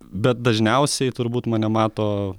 bet dažniausiai turbūt mane mato